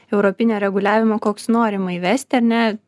europinio reguliavimo koks norima įvesti ar ne